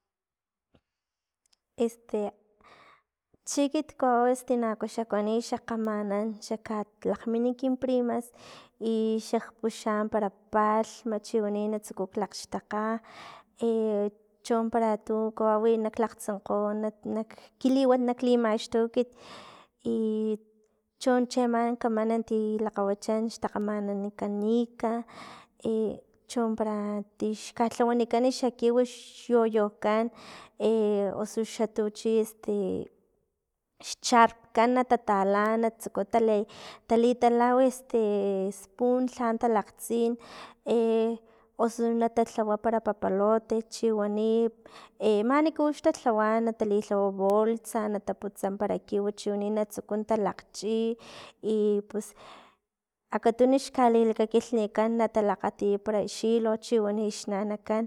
chi elit kawau este tinaku xa kuani xa kgamanan xa kgalakgmin kin primas, i xak puxa para palhm chi wani na tsuku laxgxtakga, cho para tun kawawi nak lakgtsenkgo nak nak, kiliwat nak limaxtu ekit chon che ama kamana ti lakgawachan xtakgamanan kanica i chon para ti kalhawanikan xa kiw xyoyokan osu xa tuchi este xchapekan na tatala na tsuku tali- talitala este espun lha talakgtsin osu nata tlawa para papalote chiwani e manikux talhawa natalilhawa bolsa, nataputsa para kiw chiwani natsuku talakgchi, i pus akatun xlilakakgilnikan natalakgatia para xhilo, chiwani xnankan,